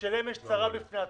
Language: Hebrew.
שלהם יש צרה בפני עצמה,